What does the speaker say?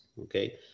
okay